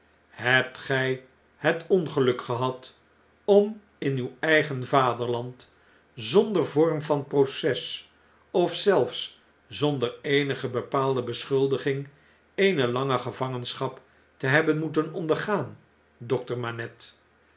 hebt gfl het ongeluk gehad om in uw eigen vaderland zonder vorm van proces of zelfs zonder eenige bepaalde beschuldiging eene lange gevangenschap te hebben moeten ondergaan dokter manette